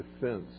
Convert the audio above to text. defense